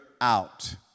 out